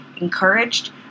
encouraged